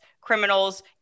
criminals